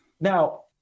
Now